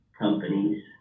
companies